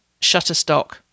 Shutterstock